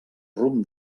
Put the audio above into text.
rumb